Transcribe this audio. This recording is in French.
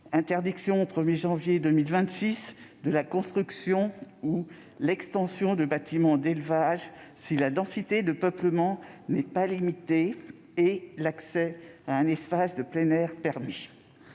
l'interdiction, au 1 janvier 2026, de la construction ou de l'extension de bâtiments d'élevage si la densité de peuplement n'est pas limitée et que l'accès à un espace de plein air n'est